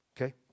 Okay